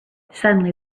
suddenly